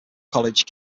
college